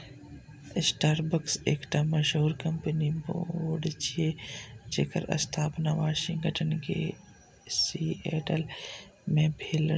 Starbucks एकटा मशहूर coffee brand छियै, जेकर स्थापना वाशिंगटन के सिएटल मे भेल रहै